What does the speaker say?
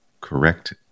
correct